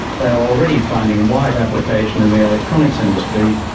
they are already finding wide application in the electronics industry,